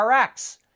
RX